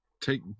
take